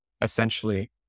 essentially